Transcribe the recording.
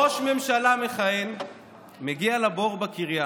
ראש ממשלה מכהן מגיע לבור בקריה,